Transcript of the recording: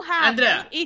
Andrea